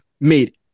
made